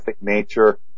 nature